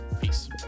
Peace